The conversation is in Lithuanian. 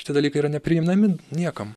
šitie dalykai yra neprieinami niekam